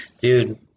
Dude